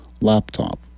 laptop